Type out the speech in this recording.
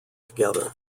together